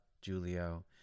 Julio